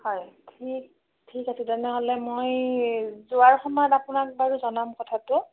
হয় ঠিক ঠিক আছে তেনেহ'লে মই যোৱাৰ সময়ত আপোনাক বাৰু জনাম কথাটো